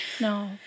No